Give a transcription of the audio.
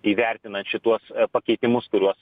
įvertinant šituos pakeitimus kuriuos